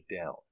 down